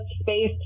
space